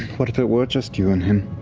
what if it were just you and him,